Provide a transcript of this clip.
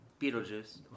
Beetlejuice